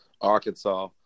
Arkansas